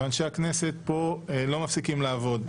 ואנשי הכנסת לא מפסיקים לעבוד,